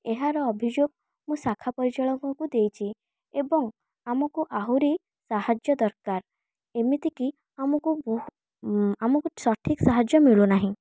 ଏହାର ଅଭିଯୋଗ ମୁଁ ଶାଖା ପରିଚାଳକଙ୍କୁ ଦେଇଛି ଏବଂ ଆମକୁ ଆହୁରି ସାହାଯ୍ୟ ଦରକାର ଏମିତିକି ଆମକୁ ବହୁ ଆମକୁ ସଠିକ ସାହାଯ୍ୟ ମିଳୁନାହିଁ